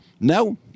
No